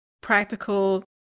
practical